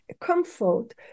comfort